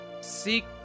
seek